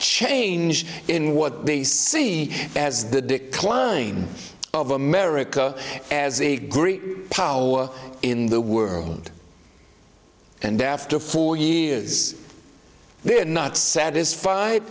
change in what they see as the decline of america as a great power in the world and after four years they're not satisfied